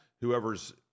whoever's